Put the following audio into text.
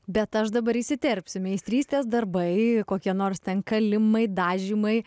bet aš dabar įsiterpsiu meistrystės darbai kokie nors ten kalimai dažymai